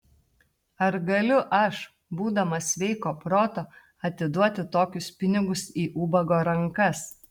ar galiu aš būdamas sveiko proto atiduoti tokius pinigus į ubago rankas